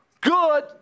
good